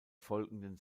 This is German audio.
folgenden